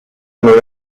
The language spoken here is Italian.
non